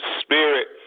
Spirit